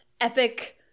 epic